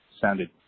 sounded